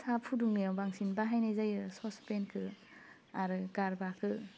साह फुदुंनायाव बांसिन बाहायनाय जायो ससपेनखौ आरो गारबाखौ